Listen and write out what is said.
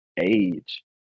age